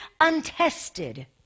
untested